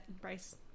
Bryce